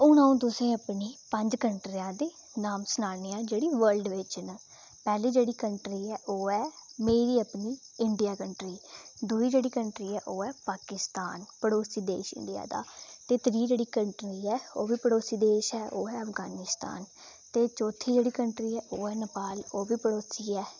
हून अ'ऊं तुसें गी अपनी पंज कट्रियें दे नाऽ सनान्नी आं जेह्ड़ी वलर्ड दे बिच न पैह्ली जेह्ड़ी कंट्री ऐ ओह् ऐ मेरी अपनी ऐ इंडिया कंट्री दूई जेह्ड़ी कंट्री ऐ ओह् ऐ पाकिस्तान पड़ोसी देश इंडिया दा ते त्रीऽ जेह्ड़ी कंट्री ऐ ओह् बी पड़ोसी देश ऐ ओह् ऐ अफगानिस्तान ते चौथी जेह्ड़ी कंट्री ऐ ओह् ऐ नेपाल ओह्बी पड़ोसी देश ऐ